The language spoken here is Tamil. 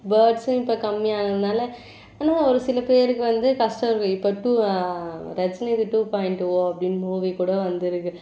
பேர்ட்ஸும் இப்போ கம்மியானதுனால் ஆனால் ஒரு சில பேருக்கு வந்து கஷ்டம் இருக்கும் இப்போ டூ ரஜினி இது டூ பாயிண்ட் ஓ அப்படின்னு மூவி கூட வந்திருக்கு